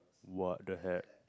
what the heck